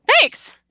Thanks